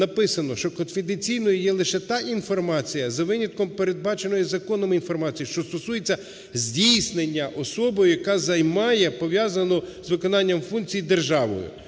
написано, що конфіденційною є лише та інформація, за винятком передбаченої законом інформації, що стосується здійснення особою, яка займає пов'язану з виконанням функцій держави.